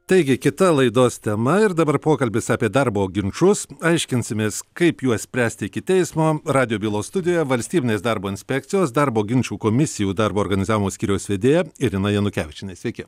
taigi kita laidos tema ir dabar pokalbis apie darbo ginčus aiškinsimės kaip juos spręsti iki teismo radijo bylos studijoje valstybinės darbo inspekcijos darbo ginčų komisijų darbo organizavimo skyriaus vedėja irina janukevičienė sveiki